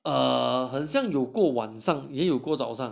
err 很像有过晚上也有过早上